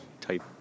type